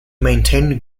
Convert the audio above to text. maintain